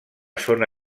zona